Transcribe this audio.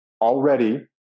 Already